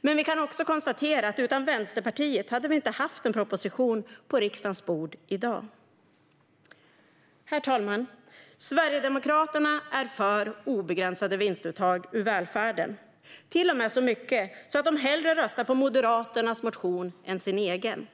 Men vi kan också konstatera att vi utan Vänsterpartiet inte hade haft en proposition på riksdagens bord i dag. Herr talman! Sverigedemokraterna är för obegränsade vinstuttag ur välfärden, till och med så mycket att de hellre röstar på Moderaternas motion än på sin egen.